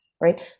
Right